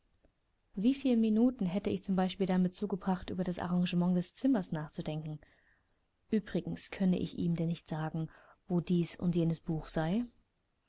wieviel minuten hätte ich zum beispiel damit zugebracht über das arrangement dieses zimmers nachzudenken übrigens könne ich ihm denn nicht sagen wo dies und jenes buch sei